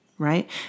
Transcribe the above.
Right